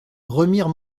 remire